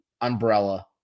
umbrella